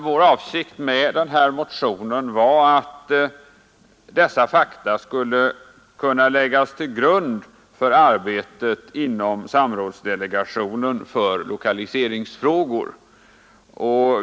Vår avsikt med motionen var att dessa fakta skulle kunna läggas till grund för arbetet inom samrådsdelegationen för lokaliseringsfrågor.